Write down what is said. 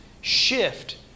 shift